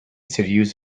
seduce